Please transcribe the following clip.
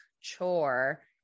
chore